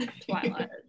Twilight